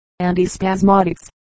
antispasmodics